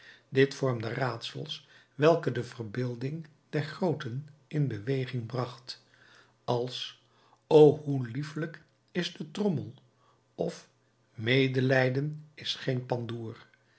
dit vormde raadsels welke de verbeelding der grooten in beweging bracht als o hoe liefelijk is de trommel of medelijden is geen pandoer